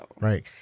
Right